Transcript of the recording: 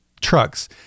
trucks